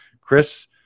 Chris